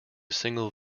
single